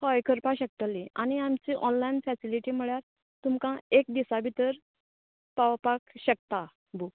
हय करपा शकतलीं आनी आमचे ऑनलायन फॅसॅलिटी म्हळ्यार तुमकां एक दिसा भितर पावपाक शकता बूक